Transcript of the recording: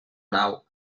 nau